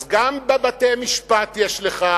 אז גם בבתי-משפט יש לך,